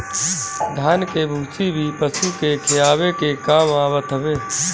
धान के भूसी भी पशु के खियावे के काम आवत हवे